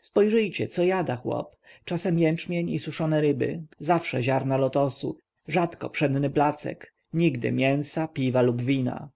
spojrzyjcie co jada chłop czasem jęczmień i suszone ryby zawsze ziarna lotosu rzadko pszenny placek nigdy mięsa piwa lub wina